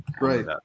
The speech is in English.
right